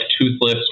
toothless